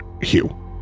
Hugh